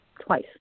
twice